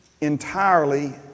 entirely